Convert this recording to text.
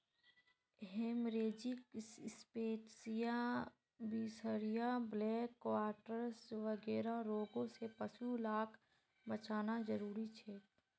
haemorrhagic septicaemia, बीसहरिया, black quarters वगैरह रोगों से पशु लाक बचाना ज़रूरी छे